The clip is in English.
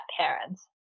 parents